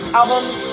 albums